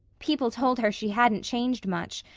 people told her she hadn't changed much,